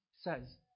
says